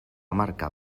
marcar